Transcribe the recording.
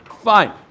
Fine